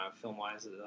film-wise